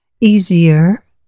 easier